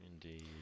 Indeed